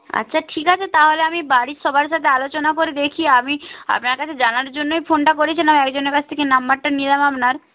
আচ্ছা ঠিক আছে তাহলে আমি বাড়ির সবার সাথে আলোচনা করে দেখি আমি আপনার কাছে জানার জন্যই ফোনটা করেছিলাম একজনের কাছ থেকে নাম্বারটা নিলাম আপনার